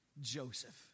Joseph